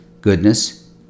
goodness